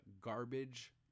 garbage